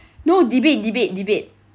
no debate debate debate